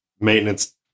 maintenance